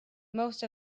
most